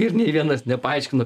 ir nei vienas nepaaiškino